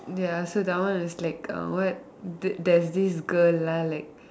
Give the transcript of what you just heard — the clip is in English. ya so that one is like uh what there is this girl lah like